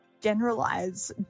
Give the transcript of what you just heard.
generalize